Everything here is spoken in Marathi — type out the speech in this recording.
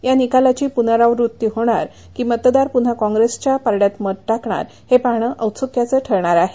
या निकालाची पुनरावृत्ती होणार की मतदार पुन्हा काँग्रेसच्या पारङ्यात मत टाकणार हे पाहणं औत्सुक्याचं ठरणार आहे